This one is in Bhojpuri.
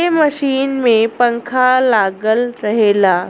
ए मशीन में पंखा लागल रहेला